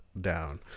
down